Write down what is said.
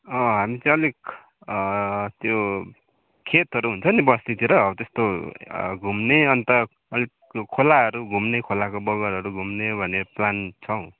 अँ हामी चाहिँ अलिक त्यो खेतहरू हुन्छ नि बस्तीतिर हौ त्यस्तो घुम्ने अन्त अलिक खोलाहरू घुम्ने खोलाको बगरहरू घुम्ने भन्ने प्लान छ